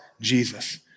Jesus